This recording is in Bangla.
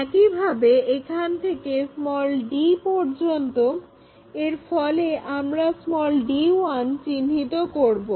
একইভাবে এখান থেকে d পর্যন্ত এর ফলে আমরা d1 চিহ্নিত করব